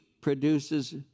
produces